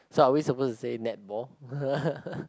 so are we supposed to say netball